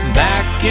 back